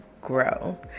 grow